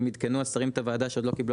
אם עדכנו השרים את הוועדה שעוד לא קיבלו